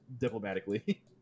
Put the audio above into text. diplomatically